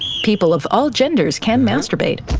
people of all genders can masturbate.